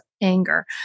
anger